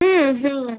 হুম হুম